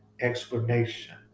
explanation